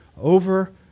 over